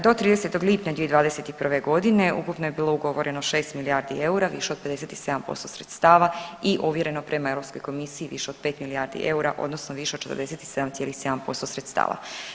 Do 30. lipnja 2021.g. ukupno je bilo ugovoreno 6 milijardi eura, više od 57% sredstava i ovjereno prema Europskoj komisiji više od 5 milijardi eura odnosno više od 47,7% sredstava.